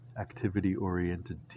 Activity-oriented